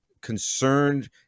concerned